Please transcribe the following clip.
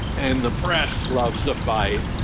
and the press loves the fight.